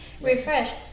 refresh